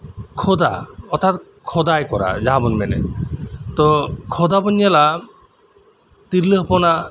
ᱠᱷᱚᱫᱟ ᱚᱨᱛᱷᱟᱛ ᱠᱷᱚᱫᱟᱭ ᱠᱚᱨᱟ ᱡᱟᱦᱟᱸᱵᱩᱱ ᱢᱮᱱᱮᱫ ᱛᱚ ᱠᱷᱚᱫᱟᱵᱩᱱ ᱧᱮᱞᱟ ᱛᱤᱨᱞᱟᱹ ᱦᱚᱯᱚᱱᱟᱜ